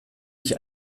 ich